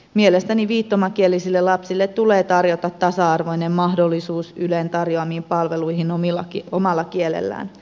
mielestäni viittomakielisille lapsille tulee tarjota tasa arvoinen mahdollisuus ylen tarjoamiin palveluihin omalla kielellään